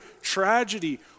tragedy